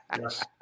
yes